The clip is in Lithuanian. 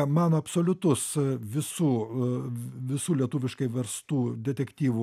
mano absoliutus visų visų lietuviškai verstų detektyvų